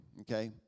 Okay